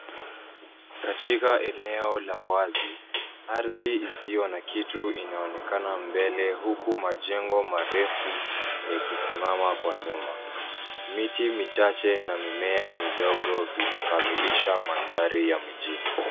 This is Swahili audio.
Katika eneo la wazi, ardhi isiyo na kitu inaonekana mbele huku majengo marefu yakisimama kwa nyuma. Miti michache na mimea midogo vinakamailisha mandhari ya mjini.